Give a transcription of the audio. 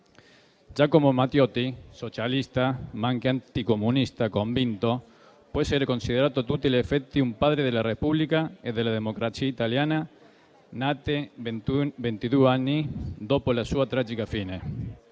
Giacomo Matteotti, socialista, ma anche anticomunista convinto, può essere considerato a tutti gli effetti un padre della Repubblica e della democrazia italiana, nate ventidue anni dopo la sua tragica fine.